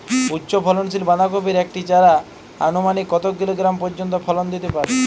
উচ্চ ফলনশীল বাঁধাকপির একটি চারা আনুমানিক কত কিলোগ্রাম পর্যন্ত ফলন দিতে পারে?